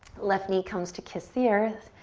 left knee comes to kiss the earth.